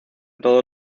todos